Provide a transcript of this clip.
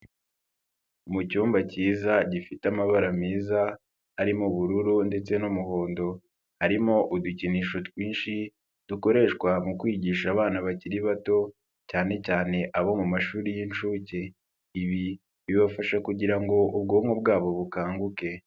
Mu cyumba cyiza gifite amabara meza arimo ubururu ndetse n'umuhondo, harimo udukinisho twinshi dukoreshwa mu kwigisha abana bakiri bato cyane cyane abo mu mashuri y'inshuke, ibi bibafasha kugira ngo ubwonko bwabo bukanguke.